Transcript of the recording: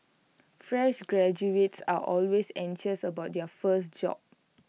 fresh graduates are always anxious about their first job